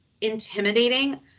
intimidating